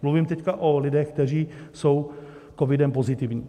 Mluvím teď o lidech, kteří jsou covidem pozitivní.